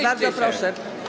Bardzo proszę.